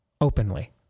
openly